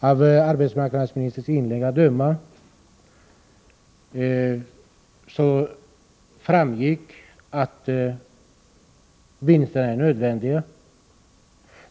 Av arbetsmarknadsministerns inlägg framgick att vinsterna är nödvändiga.